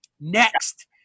Next